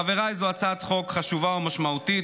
חבריי, זו הצעת חוק חשובה ומשמעותית.